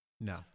No